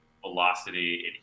Velocity